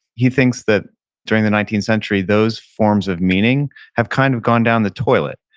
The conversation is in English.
he thinks that during the nineteenth century those forms of meaning have kind of gone down the toilet.